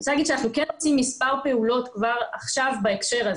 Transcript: אני רוצה להגיד שאנחנו כן עושים מספר פעולות כבר עכשיו בהקשר הזה.